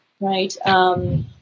right